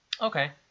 Okay